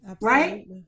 right